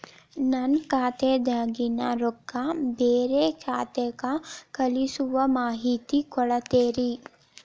ನನ್ನ ಖಾತಾದಾಗಿನ ರೊಕ್ಕ ಬ್ಯಾರೆ ಖಾತಾಕ್ಕ ಕಳಿಸು ಮಾಹಿತಿ ಕೊಡತೇರಿ?